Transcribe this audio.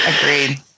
Agreed